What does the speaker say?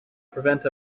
prevent